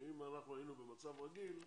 אם אנחנו היינו במצב רגיל,